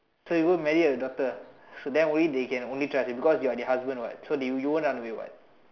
so you go marry the daughter so then only then they can only trust you cause you are their husband [what] you won't run away [what]